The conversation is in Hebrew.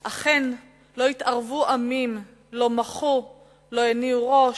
"אכן, לא התערבו עמים, לא מחו, לא הניעו ראש,